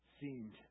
seemed